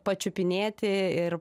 pačiupinėti ir